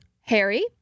harry